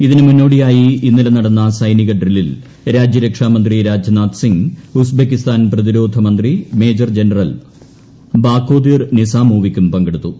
ഇതിനു മുന്നോടിയായി ഇന്നലെ നടന്ന സൈനിക ഡ്രില്ലിൽ രാജ്യർക്ഷാമന്ത്രി രാജ്നാഥ് സിങ്ങ് ഉസ്ബെക്കിസ്ഥാൻ പ്രതിരോധ ്യ മന്ത്രി മേജർ ജനറൽ ബാഖോദിർ നിസാമോവിക്കും പങ്കെടുത്തൂ